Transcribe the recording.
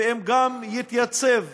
ואם יתייצב